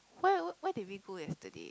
where where did we go yesterday